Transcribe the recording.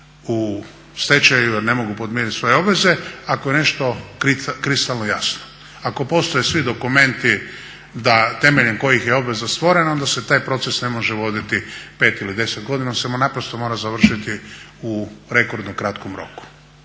u stečaju, jer ne mogu podmiriti svoje obveze. Ako je nešto kristalno jasno, ako postoje svi dokumenti da temeljem kojih je obveza stvorena, onda se taj proces ne može voditi pet ili deset godina. On se naprosto mora završiti u rekordno kratkom roku.